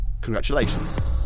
Congratulations